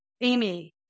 Amy